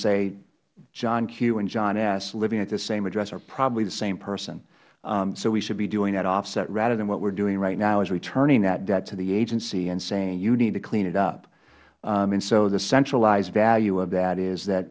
say john q and john s living at this same address are probably the same person so we should be doing that offset rather than what we are doing right now is returning that debt to the agency and saying you need to clean it up so the centralized value of that is that